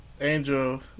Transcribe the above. Angel